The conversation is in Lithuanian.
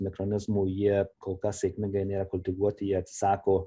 mirkonizmų jie kol kas sėkmingai nėra kultivuoti jie atsisako